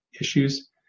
issues